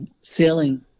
sailing